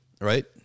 right